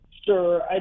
Sure